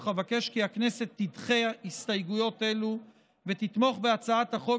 אך אבקש כי הכנסת תדחה הסתייגויות אלו ותתמוך בהצעת החוק